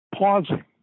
pausing